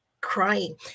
crying